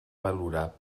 valorar